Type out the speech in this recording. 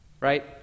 right